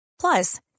Plus